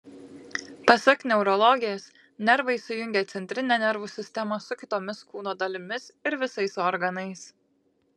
pasak neurologės nervai sujungia centrinę nervų sistemą su kitomis kūno dalimis ir visais organais